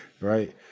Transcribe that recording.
Right